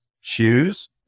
shoes